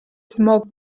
smoke